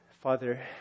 Father